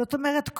זאת אומרת,